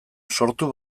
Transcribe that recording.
sortu